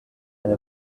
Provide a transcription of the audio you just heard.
eine